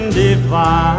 divine